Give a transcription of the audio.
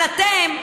אבל אתם,